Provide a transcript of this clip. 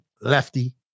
Lefty